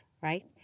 right